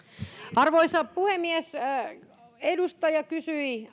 arvoisa puhemies edustaja kysyi